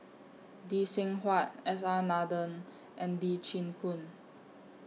Lee Seng Huat S R Nathan and Lee Chin Koon